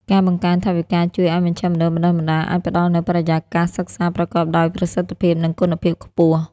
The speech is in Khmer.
ការបង្កើនថវិកាជួយឱ្យមជ្ឈមណ្ឌលបណ្តុះបណ្តាលអាចផ្តល់នូវបរិយាកាសសិក្សាប្រកបដោយប្រសិទ្ធភាព និងគុណភាពខ្ពស់។